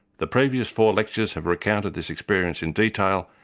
the previous four lectures have recounted this experience in detail,